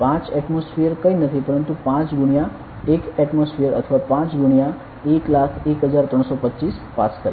5 atmosphere કંઈ નથી પરંતુ 5 ગુણ્યા એક એટમોસફીયર અથવા 5 ગુણ્યા 101325 પાસ્કલ